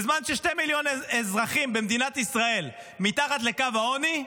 בזמן ששני מיליון אזרחים במדינת ישראל מתחת לקו העוני,